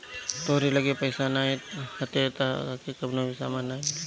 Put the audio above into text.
तोहरी लगे पईसा नाइ हवे तअ तोहके कवनो भी सामान नाइ मिली